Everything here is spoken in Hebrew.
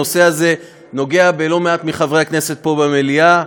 הנושא הזה נוגע בלא-מעט מחברי הכנסת פה במליאה.